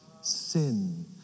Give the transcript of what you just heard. Sin